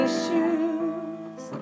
shoes